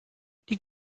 die